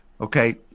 Okay